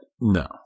No